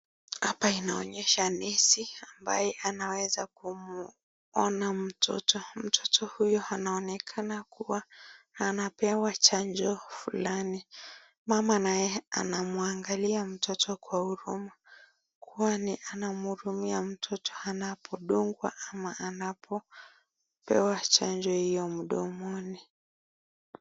Hapa inaonyesha nesi ambaye anaweza kumuona mtoto, mtoto huyu anaonekana kuwa anapwa chanjo fulani. Mama naye anamwangalia mtoto kwa huruma kwani anamhurumia mtoto anapodungwa ama anapopewa chamjo hiuo mdomoni.